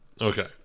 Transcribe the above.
Okay